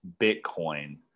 Bitcoin